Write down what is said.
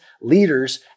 leaders